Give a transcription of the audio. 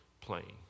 playing